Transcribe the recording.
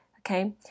okay